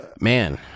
man